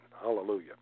Hallelujah